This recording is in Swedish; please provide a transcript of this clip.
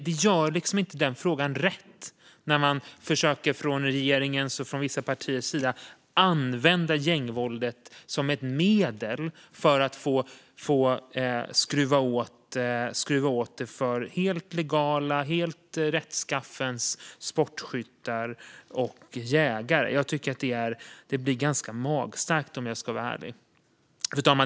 Man gör inte rätt i den frågan när man från regeringens och vissa partiers sida försöker använda gängvåldet som ett medel för att skruva åt det för helt legala, helt rättskaffens sportskyttar och jägare. Det blir ganska magstarkt, om jag ska vara ärlig. Fru talman!